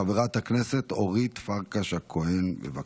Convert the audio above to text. חברת הכנסת אורית פרקש הכהן, בבקשה.